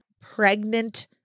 pregnant